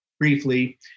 briefly